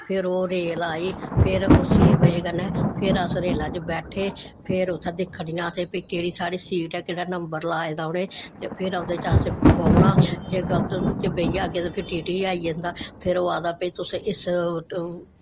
फिर ओह् रेल आई फिर ओह् छे बज़े कन्नै फिर अस रेला च बैठे फिर उत्थें दिक्खनियां असें केह्ड़ी साढ़ी सीट ऐ केह्ड़ा नंबर लाए दा उ'नें ते फिर ओह्दे च असें बौह्ना जे गल्त च बेही जाह्गे ते फिर टी टी आई जंदा फिर ओह् आखदा भाई तुस इस